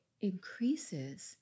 increases